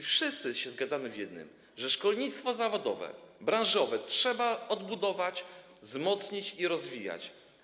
Wszyscy się zgadzamy w jednym - że szkolnictwo zawodowe, branżowe trzeba odbudować, wzmocnić i rozwijać.